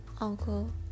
uncle